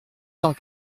cent